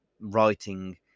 writing